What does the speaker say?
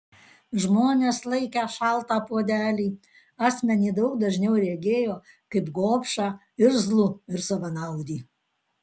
žmonės laikę šaltą puodelį asmenį daug dažniau regėjo kaip gobšą irzlų ir savanaudį